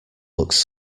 looks